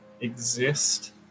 exist